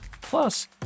Plus